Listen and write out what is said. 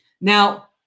Now